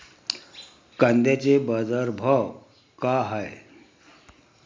कांद्याचे बाजार भाव का हाये?